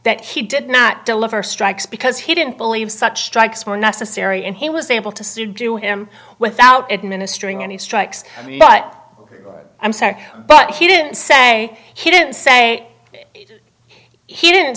that she did not deliver strikes because he didn't believe such strikes were necessary and he was able to subdue him without administering any strikes but i'm sorry but he didn't say he didn't say he didn't